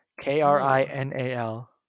k-r-i-n-a-l